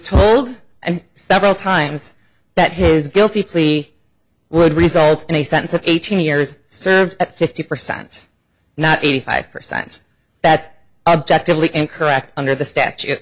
told and several times that his guilty plea would result in a sense of eighteen years served at fifty percent not eighty five percent that's objectively correct under the statute